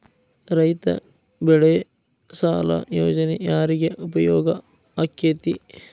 ರೈತ ಬೆಳೆ ಸಾಲ ಯೋಜನೆ ಯಾರಿಗೆ ಉಪಯೋಗ ಆಕ್ಕೆತಿ?